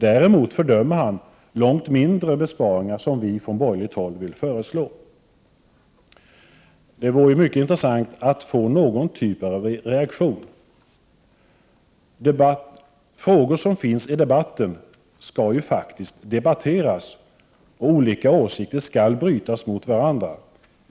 Däremot fördömer han långt mindre besparingar som vi på borgerligt håll föreslår. Det vore mycket intressant att få någon form av reaktion. Frågor som finns upptagna för debatt skall ju faktiskt också debatteras, och olika åsikter skall brytas mot varandra.